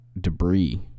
debris